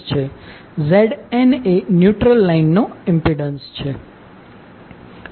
• Znએ ન્યુટ્રલ લાઈનનો ઇમ્પિડન્સ છે